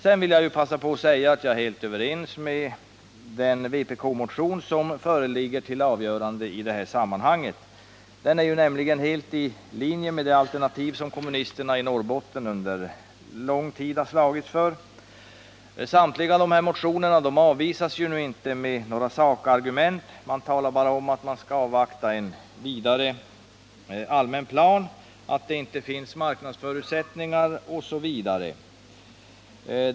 Sedan vill jag passa på att säga att jag helt instämmer i den vpk-motion som föreligger till avgörande i det här sammanhanget. Den är nämligen helt i linje med det alternativ som kommunisterna i Norrbotten under lång tid har slagits för. Det gäller samtliga här nämnda motioner att de inte avvisas med sakargument. Man talar bara om att man vidare skall avvakta en allmän plan, att det inte finns marknadsförutsättningar, osv.